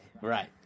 Right